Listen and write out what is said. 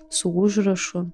su užrašu